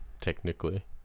technically